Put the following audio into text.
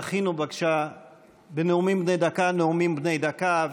תכינו בבקשה בנאומים בני דקה נאומים בני דקה,